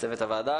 ולצוות הוועדה.